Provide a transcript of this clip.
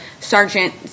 Sergeant